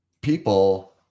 people